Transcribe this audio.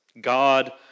God